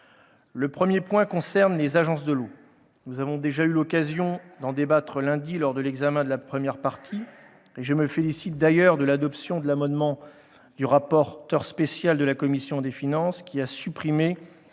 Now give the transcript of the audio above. Le premier point concerne les agences de l'eau. Nous avons déjà eu l'occasion d'en débattre lundi lors de l'examen de la première partie du projet de loi de finances, et je me félicite d'ailleurs de l'adoption de l'amendement du rapporteur spécial de la commission des finances qui a supprimé